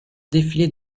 défiler